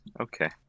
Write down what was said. Okay